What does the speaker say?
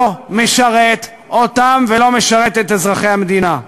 לא משרת אותם ולא משרת את אזרחי המדינה.